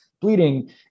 bleeding